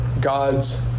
God's